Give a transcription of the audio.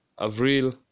Avril